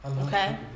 Okay